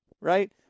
Right